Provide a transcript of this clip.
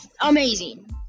amazing